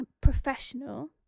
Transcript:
professional